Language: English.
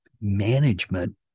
management